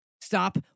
Stop